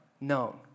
known